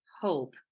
Hope